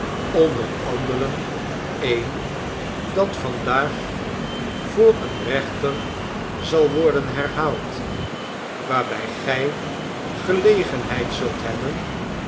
onder anderen een dat vandaag voor een rechter zal worden herhaald waarbij gij gelegenheid zult hebben